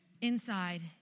Inside